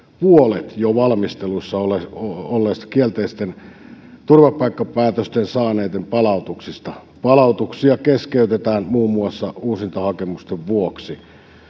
puolet jo valmistelussa olleista kielteisen turvapaikkapäätöksen saaneiden palautuksista palautuksia keskeytetään muun muassa uusintahakemusten vuoksi